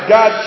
God